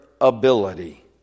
ability